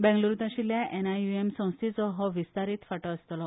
बेंगलूरूत आशील्ल्या N I U M संस्थेचो हो विस्तारीत फाटो आसतलो